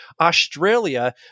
Australia